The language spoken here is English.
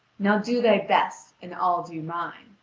now do thy best, and i'll do mine.